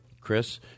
Chris